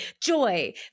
joy